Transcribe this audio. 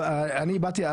ואני באתי.